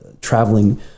traveling